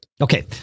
Okay